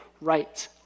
right